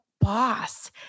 boss